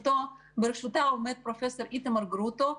בראשה עומד פרופ' איתמר גרוטו,